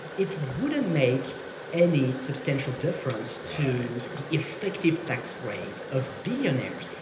it wouldn't make any substantial difference to the effective tax rate of billionaires.